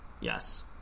Yes